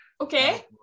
okay